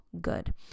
good